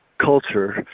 culture